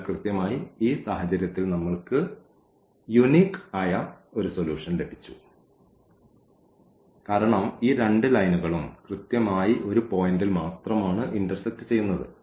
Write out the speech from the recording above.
അതിനാൽ കൃത്യമായി ഈ സാഹചര്യത്തിൽ നമ്മൾക്ക് യൂനിക് ആയ സൊല്യൂഷൻ ലഭിച്ചു കാരണം ഈ രണ്ട് ലൈനുകളും കൃത്യമായി ഒരു പോയിൻറ്ൽ മാത്രമാണ് ഇൻറർസെക്റ്റ് ചെയ്യുന്നത്